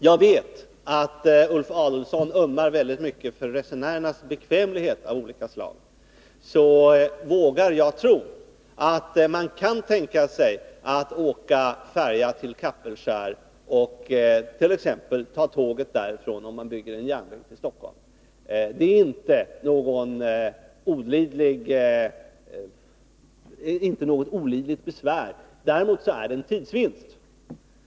Jag vet att Ulf Adelsohn ömmar väldigt mycket för resenärernas bekvämlighet i olika avseenden, men jag vågar ändå tro att de kan tänka sig att åka färja till Kapellskär och ta tåget därifrån. Det är inte något oöverkomligt besvär, och man gör dessutom en tidsvinst.